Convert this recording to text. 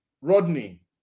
Rodney